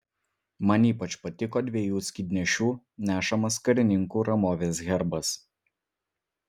man ypač patiko dviejų skydnešių nešamas karininkų ramovės herbas